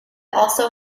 also